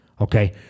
okay